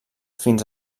fins